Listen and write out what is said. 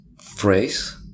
phrase